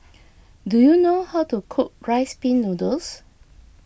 do you know how to cook Rice Pin Noodles